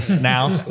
now